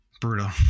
brutal